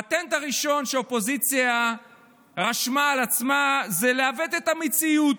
הפטנט הראשון שהאופוזיציה רשמה על עצמה הוא לעוות את המציאות.